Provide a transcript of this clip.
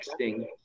texting